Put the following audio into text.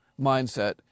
mindset